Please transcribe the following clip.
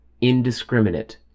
Indiscriminate